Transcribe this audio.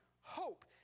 hope